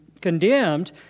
condemned